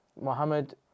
Mohammed